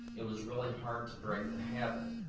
it was really hard to break the habit.